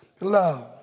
love